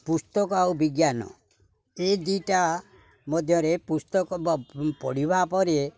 ପୁସ୍ତକ ଆଉ ବିଜ୍ଞାନ ଏ ଦୁଇଟା ମଧ୍ୟରେ ପୁସ୍ତକ ପଢ଼ିବା ପରେ